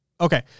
Okay